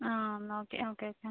എന്നാൽ okay okay